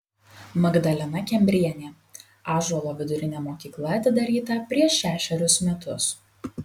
magdalena kembrienė ąžuolo vidurinė mokykla atidaryta prieš šešerius metus